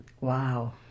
Wow